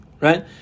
right